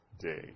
day